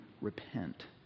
repent